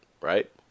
right